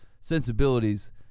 sensibilities